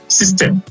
system